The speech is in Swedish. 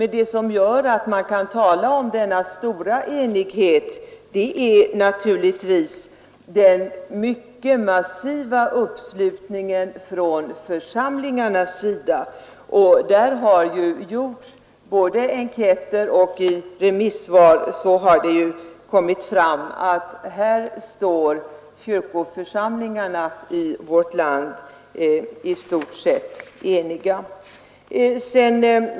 Det som gör att man kan tala om denna stora enighet är naturligtvis den mycket massiva uppslutningen från församlingarnas sida. I både enkäter och remissvar har det kommit fram att här står kyrkoförsamlingarna i vårt land i stort sett eniga.